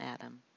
Adam